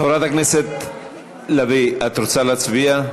חברת הכנסת לביא, את רוצה להצביע?